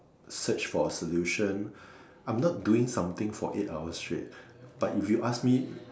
search for solution I'm not doing something for eight hours straight but if you ask me